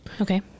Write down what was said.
Okay